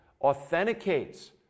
authenticates